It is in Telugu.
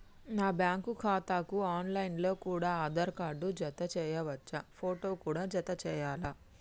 నా బ్యాంకు ఖాతాకు ఆన్ లైన్ లో కూడా ఆధార్ కార్డు జత చేయవచ్చా ఫోటో కూడా జత చేయాలా?